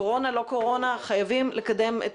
קורונה או לא קורונה, חייבים לקדם את